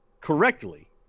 correctly